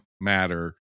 matter